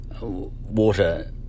water